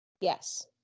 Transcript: Yes